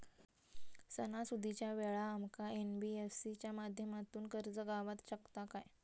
सणासुदीच्या वेळा आमका एन.बी.एफ.सी च्या माध्यमातून कर्ज गावात शकता काय?